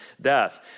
death